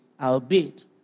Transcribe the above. albeit